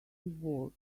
ward